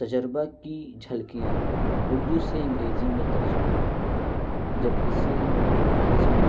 تجربہ کی جھلکیاں اردو سے انگریزی میں ترجمہ جب کسی نظم